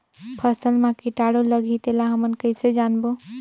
फसल मा कीटाणु लगही तेला हमन कइसे जानबो?